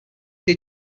they